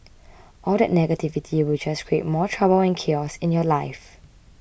all that negativity will just create more trouble and chaos in your life